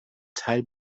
teil